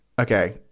Okay